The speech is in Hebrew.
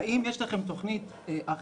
האם יש לכם תוכנית אכיפה